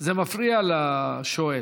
זה מפריע לשואל.